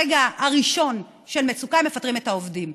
ברגע הראשון של מצוקה הם מפטרים את העובדים.